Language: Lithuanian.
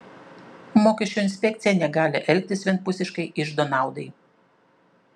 mokesčių inspekcija negali elgtis vienpusiškai iždo naudai